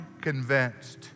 convinced